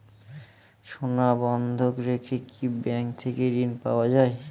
সোনা বন্ধক রেখে কি ব্যাংক থেকে ঋণ পাওয়া য়ায়?